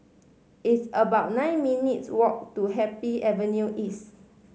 it's about nine minutes' walk to Happy Avenue East